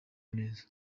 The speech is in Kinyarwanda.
neza